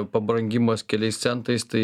pabrangimas keliais centais tai